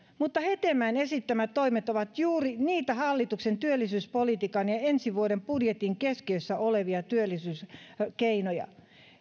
mutta hetemäen esittämät toimet ovat juuri niitä hallituksen työllisyyspolitiikan ja ensi vuoden budjetin keskiössä olevia työllisyyskeinoja